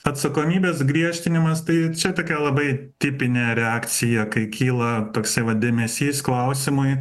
atsakomybės griežtinimas tai čia tokia labai tipinė reakcija kai kyla toksai va dėmesys klausimui